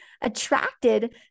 attracted